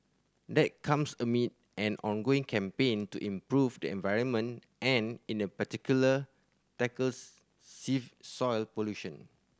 that comes amid an ongoing campaign to improve the environment and in the particular tackles save soil pollution